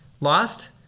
lost